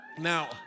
Now